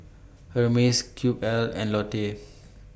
Hermes Cube I and Lotte